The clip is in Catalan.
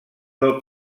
del